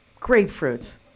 grapefruits